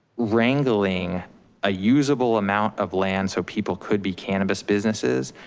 wrangling a usable amount of land so people could be cannabis businesses,